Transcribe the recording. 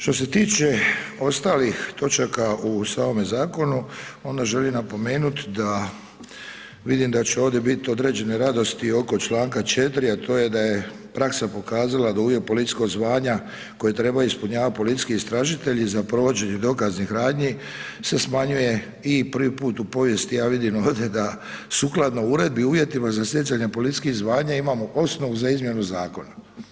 Što se tiče ostalih točaka u samome zakonu onda želim napomenut da vidim da će ovdje biti određene radosti oko Članka 4., da to je da je praksa pokazala da uvjet policijskog zvanja koje treba ispunjavat policijski istražitelji za provođenje dokaznih radnji se smanjuje i prvi put u povijesti ja vidim ovdje da sukladno Uredbi o uvjetima za stjecanje policijskih zvanja imamo osnovu za izmjenu zakona.